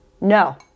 No